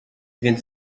więc